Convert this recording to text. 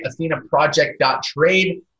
athenaproject.trade